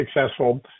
successful